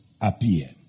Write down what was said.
appear